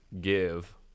give